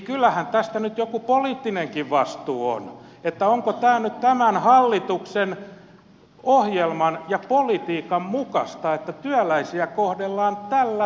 kyllähän tästä nyt joku poliittinenkin vastuu on niin että onko tämä nyt tämän hallituksen ohjelman ja politiikan mukaista että työläisiä kohdellaan tällä tavalla